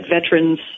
veterans